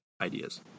ideas